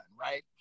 right